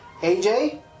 AJ